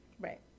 Right